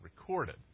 recorded